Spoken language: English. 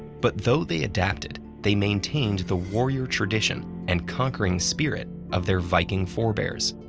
but though they adapted, they maintained the warrior tradition and conquering spirit of their viking forebears.